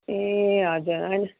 ए हजुर होइन